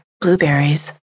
blueberries